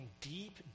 deep